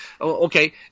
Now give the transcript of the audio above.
Okay